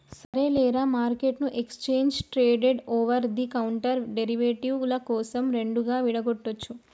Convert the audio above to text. సరేలేరా, మార్కెట్ను exchange traded over the counter derivative ల కోసం రెండుగా విడగొట్టొచ్చు